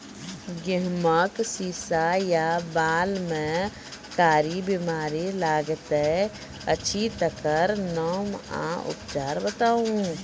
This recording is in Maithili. गेहूँमक शीश या बाल म कारी बीमारी लागतै अछि तकर नाम आ उपचार बताउ?